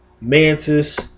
mantis